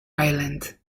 island